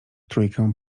trójkę